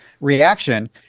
reaction